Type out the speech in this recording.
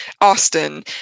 Austin